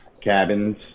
cabins